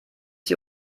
sie